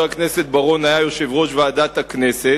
הכנסת בר-און היה יושב-ראש ועדת הכנסת,